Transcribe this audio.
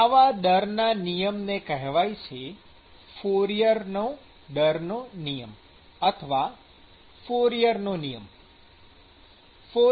આવા દરના નિયમને કેહવાય છે ફોરિયરનો દરનો નિયમ Fourier's rate law અથવા ફોરિયરનો નિયમ Fourier's law